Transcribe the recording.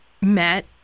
met